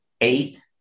Eight